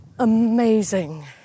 amazing